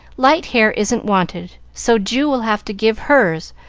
light hair isn't wanted, so ju will have to give hers,